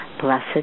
Blessed